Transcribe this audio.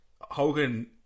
Hogan